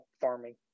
farming